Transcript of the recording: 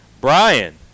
Brian